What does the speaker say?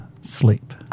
sleep